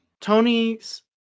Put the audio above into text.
Tony's